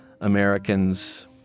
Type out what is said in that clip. Americans